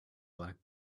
black